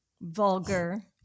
Vulgar